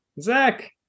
Zach